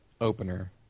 opener